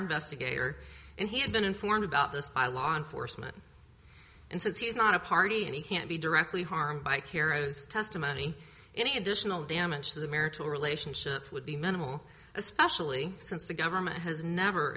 investigator and he had been informed about this by law enforcement and since he's not a party and he can't be directly harmed by keros testimony any additional damage to the marital relationship would be minimal especially since the government has never